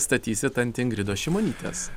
statysit ant ingridos šimonytės